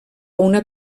una